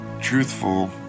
truthful